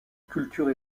culture